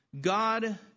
God